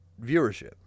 viewership